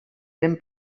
ben